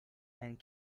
and